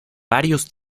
varios